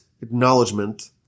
acknowledgement